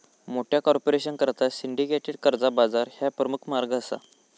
मोठ्या कॉर्पोरेशनकरता सिंडिकेटेड कर्जा बाजार ह्या प्रमुख मार्ग असा